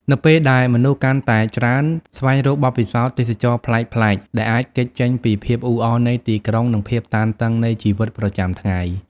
នៅពេលដែលមនុស្សកាន់តែច្រើនស្វែងរកបទពិសោធន៍ទេសចរណ៍ប្លែកៗ ដែលអាចគេចចេញពីភាពអ៊ូអរនៃទីក្រុង និងភាពតានតឹងនៃជីវិតប្រចាំថ្ងៃ។